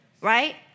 right